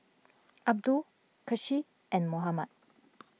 Abdul Kasih and Muhammad